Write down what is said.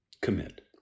commit